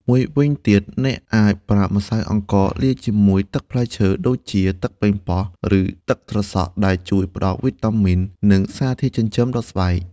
មួយវិញទៀត អ្នកអាចប្រើម្សៅអង្ករលាយជាមួយទឹកផ្លែឈើ ដូចជាទឹកប៉េងប៉ោះ ឬទឹកត្រសក់ ដែលជួយផ្ដល់វីតាមីន និងសារធាតុចិញ្ចឹមដល់ស្បែក។